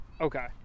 Okay